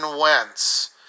Wentz